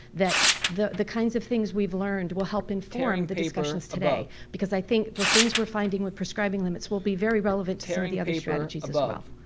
that the the kinds of things we've learned will help inform the discussions today because i think the things we're finding with prescribing limits will be very relevant to some of the other strategies as well.